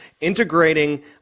integrating